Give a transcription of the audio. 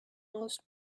most